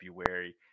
february